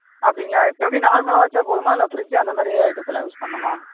அப்படிங்களா இப்போ எப்படி நார்மலாக வைச்சா போதுமா இல்லை ஃபிரிட்ஜ் அந்தமாதிரி ஐட்டத்தலாம் யூஸ் பண்ணணுமா